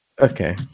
okay